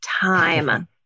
time